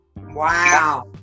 Wow